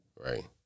Right